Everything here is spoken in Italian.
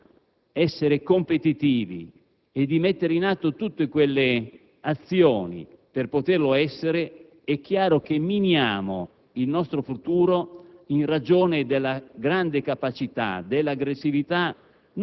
per essere un Paese più competitivo ed efficiente non soltanto in Europa, ma nel cosiddetto contesto internazionale globalizzato.